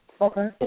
Okay